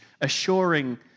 assuring